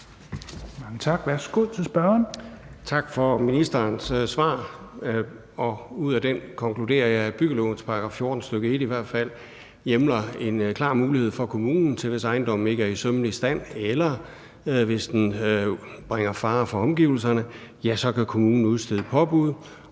Tak for ministerens svar. Og ud af det konkluderer jeg, at byggelovens § 14, stk. 1 i hvert fald hjemler en klar mulighed for kommunen til, at den, hvis ejendommen ikke er i sømmelig stand, eller hvis den bringer fare for omgivelserne, kan udstede et påbud.